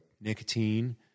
nicotine